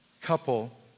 couple